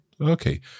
Okay